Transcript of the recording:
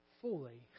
fully